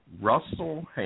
Russell